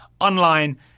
online